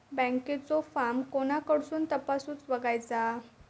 बँकेचो फार्म कोणाकडसून तपासूच बगायचा?